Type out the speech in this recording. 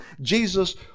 Jesus